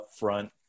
upfront